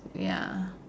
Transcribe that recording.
ya